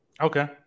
Okay